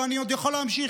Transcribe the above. ואני עוד יכול להמשיך.